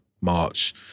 March